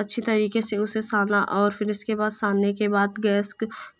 अच्छी तरीके से उससे साना और फिर उसके बाद सनने के बाद गैस